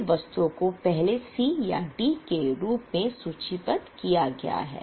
सभी वस्तुओं को पहले C या D के रूप में सूचीबद्ध किया गया है